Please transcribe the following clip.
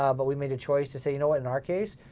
ah but we made a choice to say, you know what, in our case,